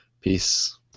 Peace